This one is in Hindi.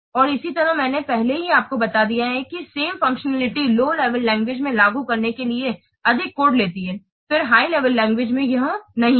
और इसी तरह मैंने पहले ही आपको बताया है कि same functionality low level language में लागू करने के लिए अधिक कोड लेती है फिर हाई लेवल लैंग्वेज में यह नहीं है